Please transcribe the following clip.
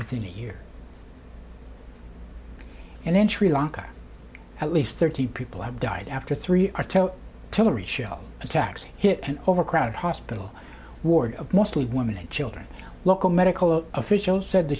within a year and in sri lanka at least thirty people have died after three tillery shell attacks hit an overcrowded hospital ward of mostly women and children local medical officials said the